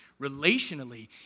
relationally